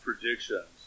predictions